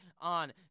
on